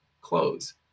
close